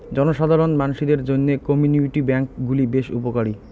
জনসাধারণ মানসিদের জইন্যে কমিউনিটি ব্যাঙ্ক গুলি বেশ উপকারী